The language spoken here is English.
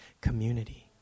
community